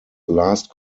last